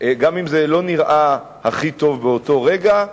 גם אם זה לא נראה הכי טוב באותו רגע,